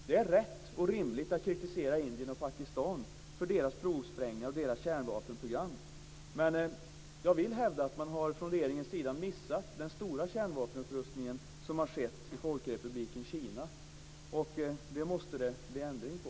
Det är rätt och rimligt att kritisera Indien och Pakistan för deras provsprängningar och deras kärnvapenprogram. Men jag vill hävda att man från regeringens sida har missat den stora kärnvapenupprustningen som har skett i Folkrepubliken Kina, och det måste det bli ändring på.